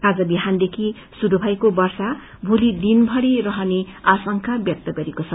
आज बिहानदेखि शुरू भएको वर्षा भोली दिनभरि रहने आशंका व्यक्त गरिएको छ